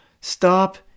Stop